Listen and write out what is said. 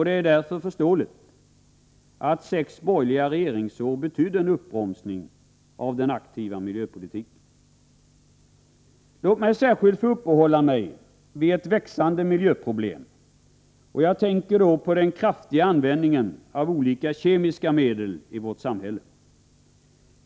Det är därför förståeligt att sex borgerliga regeringsår betydde en uppbromsning av den aktiva miljöpolitiken. Låt mig särskilt uppehålla mig vid ett växande miljöproblem. Jag tänker på den kraftiga användningen av olika kemiska medel i vårt samhälle.